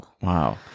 Wow